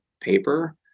paper